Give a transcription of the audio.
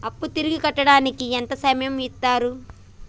అప్పు తిరిగి కట్టడానికి ఎంత సమయం ఇత్తరు?